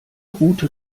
gute